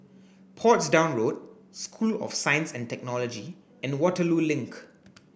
Portsdown Road School of Science and Technology and Waterloo Link